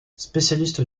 spécialiste